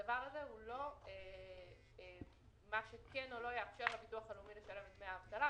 הדבר הזה הוא לא מה שכן או לא יאפשר לביטוח הלאומי ישלם את דמי האבטלה,